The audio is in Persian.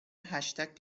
هشتگ